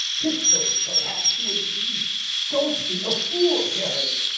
pistols perhaps would be don't be a fool, harry,